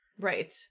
Right